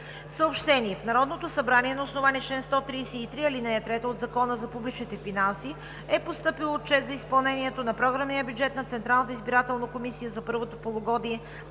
Съобщение: в Народното събрание на основание чл. 133, ал. 3 от Закона за публичните финанси е постъпил Отчет за изпълнението на програмния бюджет на Централната избирателна комисия за първото полугодие